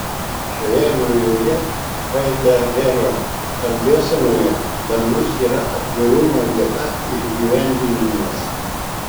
šioje naujoje haidegerio kalbėsenoje dangus yra atvirumo vieta ir įgyvendinimas